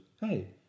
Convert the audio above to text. hey